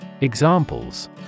Examples